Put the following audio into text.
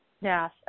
Yes